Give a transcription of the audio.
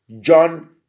John